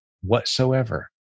whatsoever